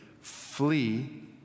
flee